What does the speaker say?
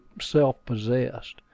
self-possessed